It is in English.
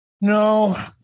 No